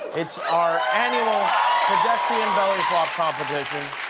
it's our annual pedestrian belly flop competition.